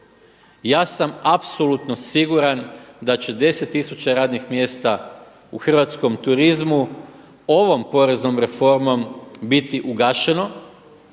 Ja sam apsolutno siguran da će 10000 radnih mjesta u hrvatskom turizmu ovom poreznom reformom biti ugašeno.